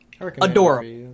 adorable